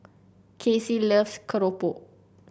Kacy loves keropok